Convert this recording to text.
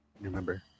remember